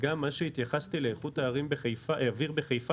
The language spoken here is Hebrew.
וכשהתייחסתי לאיכות האוויר בחיפה,